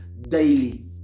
daily